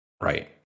Right